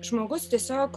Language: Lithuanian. žmogus tiesiog